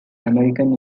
american